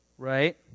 Right